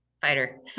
fighter